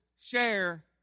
share